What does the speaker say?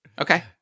Okay